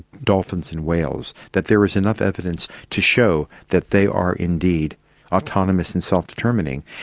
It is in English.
dolphins and whales, that there is enough evidence to show that they are indeed autonomous and self-determining,